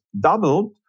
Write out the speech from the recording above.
doubled